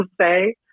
say